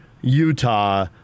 Utah